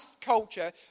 culture